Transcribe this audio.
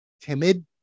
timid